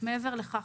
מעבר לכך,